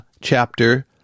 chapter